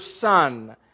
Son